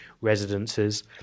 residences